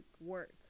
work